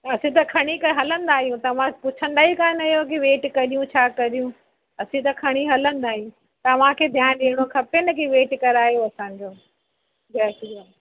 असीं त खणी करे हलंदा आहियूं तव्हां पुछंदा ई कान आहियो कि वेट कयूं छा कयूं असीं त खणी हलंदा आहियूं तव्हांखे ध्यानु ॾियणो खपे न कि वेट करायो असांजो गैस जो